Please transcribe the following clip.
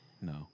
no